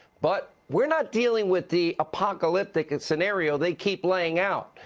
but we are not dealing with the apocalyptic scenario they keep laying out.